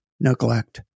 Neglect